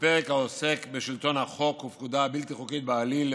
בפרק העוסק בשלטון החוק ובפקודה בלתי חוקית בעליל,